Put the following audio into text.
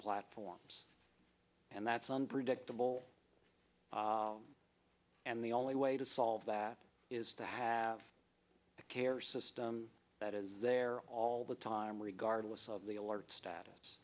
platforms and that's unpredictable and the only way to solve that is to have a care system that is there all the time regardless of the alert status